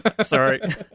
Sorry